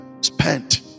spent